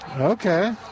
Okay